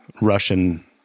Russian